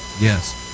Yes